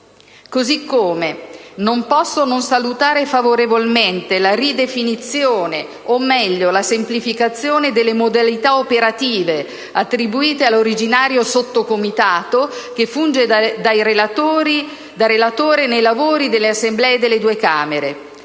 modo, non posso non salutare favorevolmente la ridefinizione, o meglio la semplificazione, delle modalità operative attribuite all'originario Sottocomitato che funge da relatore nei lavori nelle Assemblee delle due Camere.